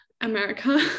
America